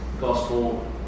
gospel